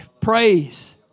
Praise